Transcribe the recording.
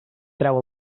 treu